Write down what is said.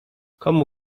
komu